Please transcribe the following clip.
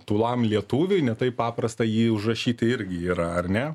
tūlam lietuviui ne taip paprasta jį užrašyti irgi yra ar ne